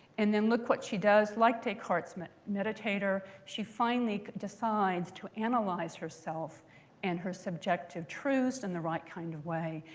and then look what she does. like descartes' but meditator, she finally decides to analyze herself and her subjective truths in and the right kind of way.